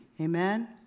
Amen